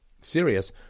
serious